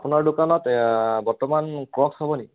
আপোনাৰ দোকানত বৰ্তমান ক্ৰকছ্ হ'ব নেকি